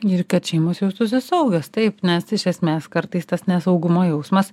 ir kad šeimos jaustųsi saugios taip nes iš esmės kartais tas nesaugumo jausmas